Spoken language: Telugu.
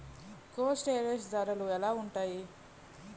కోల్డ్ స్టోరేజ్ ధరలు ఎలా ఉంటాయి?